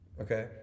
Okay